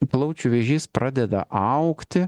plaučių vėžys pradeda augti